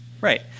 right